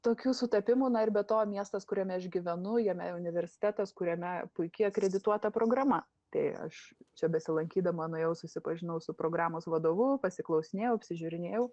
tokių sutapimų na ir be to miestas kuriame aš gyvenu jame universitetas kuriame puiki akredituota programa tai aš čia besilankydama nuėjau susipažinau su programos vadovu pasiklausinėjau apsižiūrinėjau